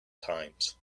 times